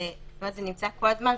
זה נמצא כל הזמן,